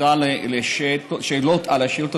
תודה על השאלות, על השאילתה.